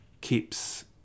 keeps